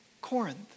Corinth